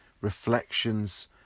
reflections